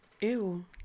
Ew